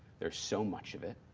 there's so much of it.